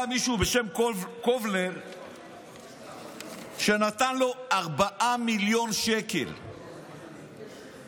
היה מישהו בשם קלובר שנתן לו 4 מיליון שקל ערבות,